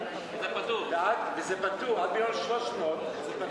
וזה פטור עד 1.3 מיליון שקל.